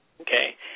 okay